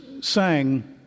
sang